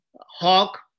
Hawk